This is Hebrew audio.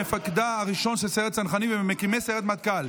מפקדה הראשון של סיירת צנחנים וממקימי סיירת מטכ"ל.